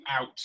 out